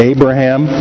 Abraham